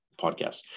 podcast